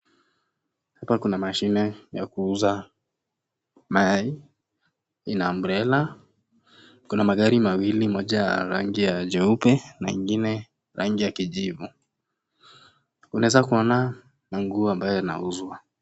Hapa kuna mashine ya kuuza mayai, ina umbrella . Kuna magari mawili, moja ya rangi ya jeupe na ingine rangi ya kijivu. Unaeza kuona manguo ambayo yanauzwa.